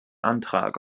antrag